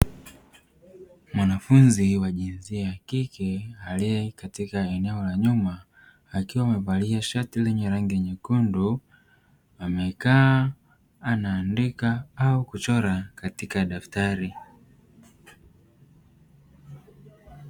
Mwanafunzi wa jinsia ya kike aliyekatika eneo la nyuma akiwa amevalia shati lenye rangi nyekundu, amekaa anaandika au kuchora katika daftari.